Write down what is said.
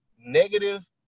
negative